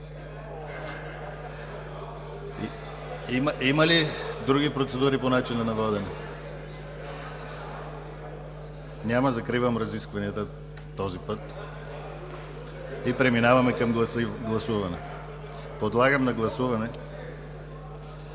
Има ли други процедури по начина на водене? Няма. Закривам разискванията и преминаваме към гласуване. Подлагам на гласуване